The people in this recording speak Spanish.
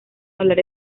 hablar